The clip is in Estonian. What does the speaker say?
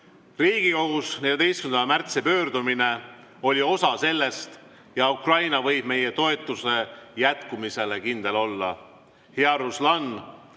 Riigikogu 14. märtsi pöördumine oli osa sellest ja Ukraina võib meie toetuse jätkumisele kindel olla.